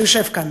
שיושב כאן?